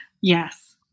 Yes